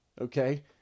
okay